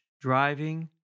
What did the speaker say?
driving